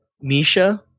Misha